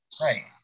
Right